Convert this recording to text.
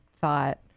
thought